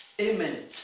Amen